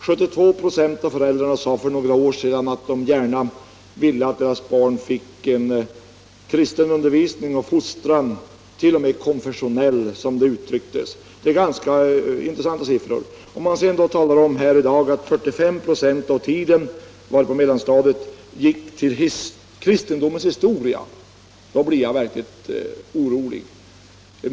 72 96 av föräldrarna sade för några år sedan att de gärna ville att deras barn skulle få en kristen undervisning och fostran, t.o.m. en konfessionell sådan. Det är intressanta siffror. I dag har vi fått höra att på mellanstadiet 45 96 av tiden i ämnet religionskunskap används till kristendomens historia. Det gör mig verkligt orolig.